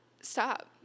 stop